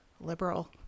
Liberal